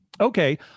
Okay